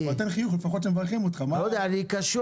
אני מצטרף